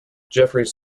jeffries